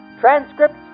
transcripts